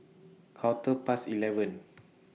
Quarter Past eleven